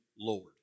Lord